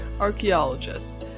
archaeologists